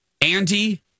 Andy